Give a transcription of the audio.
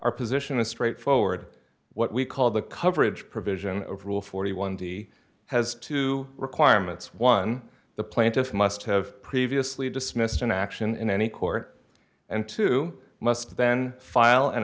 our position a straightforward what we call the coverage provision of rule forty one d has two requirements one the plaintiff must have previously dismissed an action in any court and two must then file an